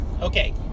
Okay